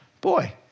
Boy